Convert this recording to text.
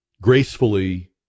gracefully